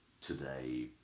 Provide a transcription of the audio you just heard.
today